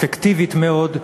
אפקטיבית מאוד,